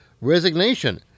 resignation